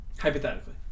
Hypothetically